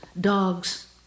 dogs